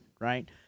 right